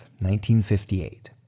1958